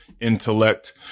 intellect